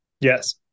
yes